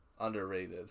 underrated